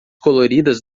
coloridas